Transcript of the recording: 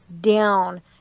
down